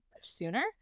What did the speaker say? sooner